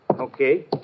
Okay